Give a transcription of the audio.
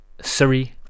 Surrey